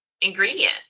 ingredient